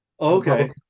okay